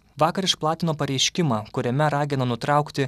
vakar išplatino pareiškimą kuriame ragino nutraukti